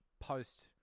post